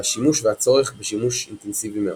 והשימוש והצורך בשימוש אינטנסיביים מאוד.